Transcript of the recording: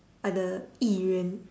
like the 议员